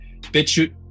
BitChute